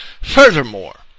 Furthermore